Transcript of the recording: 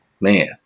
Man